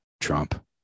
Trump